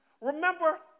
Remember